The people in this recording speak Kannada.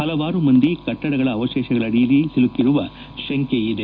ಹಲವಾರು ಮಂದಿ ಕಟ್ಟಡಗಳ ಅವಶೇಷಗಳಡಿಯಲ್ಲಿ ಸಿಲುಕಿರುವ ಶಂಕೆ ಇದೆ